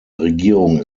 regierung